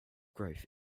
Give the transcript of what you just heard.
growth